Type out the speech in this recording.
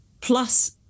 plus